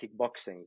kickboxing